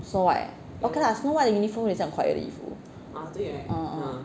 snow white 的 uniform 有一点像 choir 的衣服